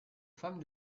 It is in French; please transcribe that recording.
femmes